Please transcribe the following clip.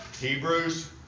Hebrews